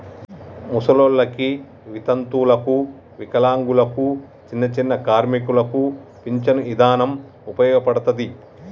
ముసలోల్లకి, వితంతువులకు, వికలాంగులకు, చిన్నచిన్న కార్మికులకు పించను ఇదానం ఉపయోగపడతది